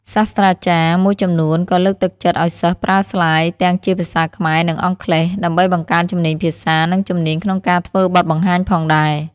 សាស្ត្រាចារ្យមួយចំនួនក៏លើកទឹកចិត្តឱ្យសិស្សប្រើស្លាយទាំងជាភាសាខ្មែរ និងអង់គ្លេស ដើម្បីបង្កើនជំនាញភាសា និងជំនាញក្នុងការធ្វើបទបង្ហាញផងដែរ។